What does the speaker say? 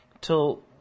till